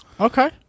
Okay